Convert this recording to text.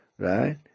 Right